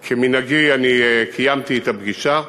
כמנהגי, אני קיימתי את הפגישה.